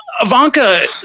Ivanka